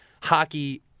hockey